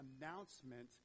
announcement